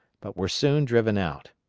but were soon driven out.